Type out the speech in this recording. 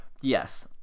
yes